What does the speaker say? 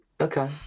Okay